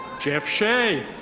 jeff shay.